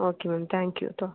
okay ma'am thank you കേട്ടൊ